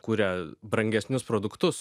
kuria brangesnius produktus